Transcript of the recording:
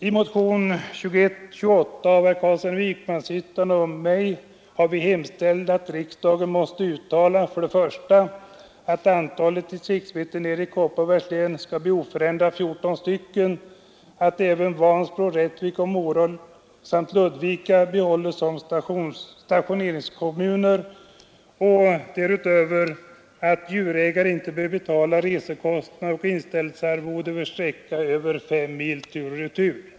I motionen 2128 av herr Carlsson i Vikmanshyttan och mig har vi hemställt att riksdagen måtte uttala för det första att antalet distriktsveterinärtjänster i Kopparbergs län blir oförändrat 14 stycken, för det andra att även Vansbro, Rättvik, Mora och Ludvika bibehålles som stationeringskommuner för distriktsveterinär och för det tredje att djurägare inte behöver betala resekostnadsersättning och inställelsearvode för sträcka över 5 mil tur och retur.